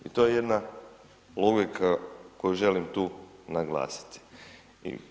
I to je jedna logika koju želim tu naglasiti.